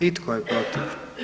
I tko je protiv?